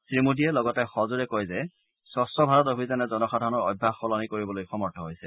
শ্ৰীমোদীয়ে লগতে সজোৰো কয় যে স্বচ্ছ ভাৰত অভিযানে জনসাধাৰণৰ অভ্যাস সলনি কৰিবলৈ সক্ষম হৈছে